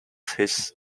his